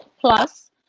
plus